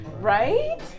Right